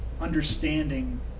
understanding